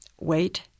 wait